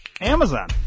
Amazon